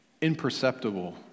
imperceptible